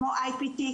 כמו IPT,